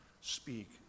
speak